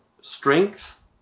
strength